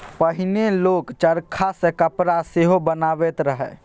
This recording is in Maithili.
पहिने लोक चरखा सँ कपड़ा सेहो बनाबैत रहय